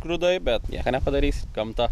grūdai bet nieko nepadarysi gamta